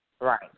Right